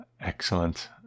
excellent